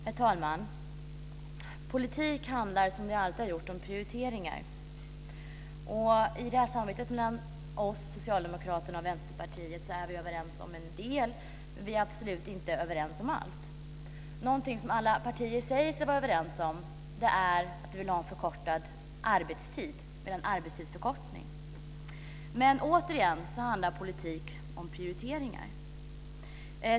Herr talman! Politik handlar, och har alltid handlat, om prioriteringar. I samarbetet mellan oss, Socialdemokraterna och Vänsterpartiet är vi överens om en del, men vi är absolut inte överens om allt. Någonting som alla partier säger sig vara överens om är att vi vill ha en arbetstidsförkortning. Men återigen: Politik handlar om prioriteringar.